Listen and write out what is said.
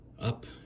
up